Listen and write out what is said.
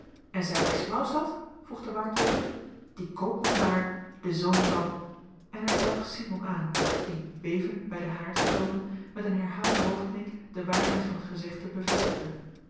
en zeit die smous dat vroeg de waard weder die koopman daar de zoon van en hij zag simon aan die bevend bij den haard gedoken met een herhaalden hoofdknik de waarheid van het gezegde bevestigde